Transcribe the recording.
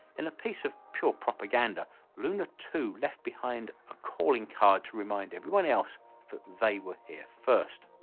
in a piece of pure propaganda luna two left behind a calling card to remind everyone else that they were here first.